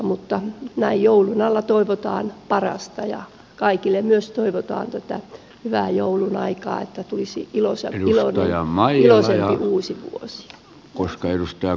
mutta näin joulun alla toivotaan parasta ja kaikille myös toivotaan tätä hyvää joulun aikaa että tulisi iloisempi uusi vuosi